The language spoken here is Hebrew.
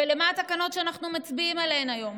למה התקנות שאנחנו מצביעים עליהן היום?